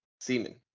semen